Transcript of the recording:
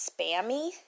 spammy